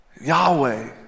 Yahweh